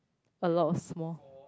a lot of small